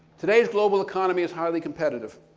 today's global economy is highly competitive.